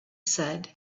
said